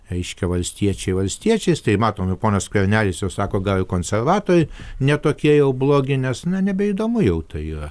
reiškia valstiečiai valstiečiais tai matom jau ponas skvernelis jau sako gal ir konservatoriai ne tokie jau blogi nes na nebeįdomu jau tai yra